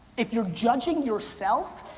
if you're judging yourself,